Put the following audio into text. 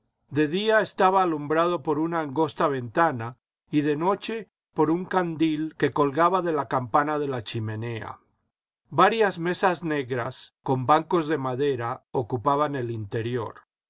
de día estaba alumbrado por una angosta ventana y de noche por un candil que colgaba de la campana de la chimenea varias mesas negras con bancos de madera ocupaban el interior